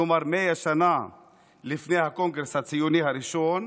כלומר 1,000 שנה לפני הקונגרס הציוני הראשון,